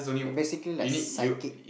basically like psychic